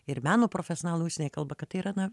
ir meno profesionalai užsienyje kalba kad tai yra na